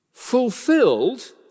fulfilled